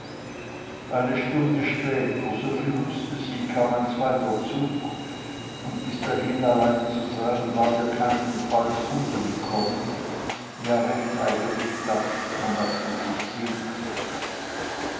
eine stunde später soviel wußte sie kam ein zweiter zug und bis dahin allein zu sein war ihr keinenfalls unwillkommen ja recht eigentlich das wonach sie sich sehnte